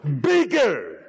bigger